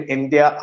India